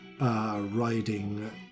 riding